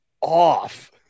off